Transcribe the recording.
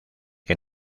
que